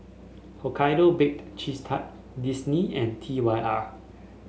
Hokkaido Baked Cheese Tart Disney and T Y R